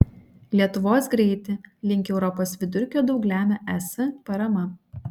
lietuvos greitį link europos vidurkio daug lemia es parama